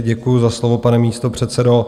Děkuji za slovo, pane místopředsedo.